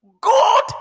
God